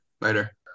Later